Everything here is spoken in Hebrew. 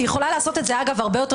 היא יכולה לעשות את זה אגב הרבה יותר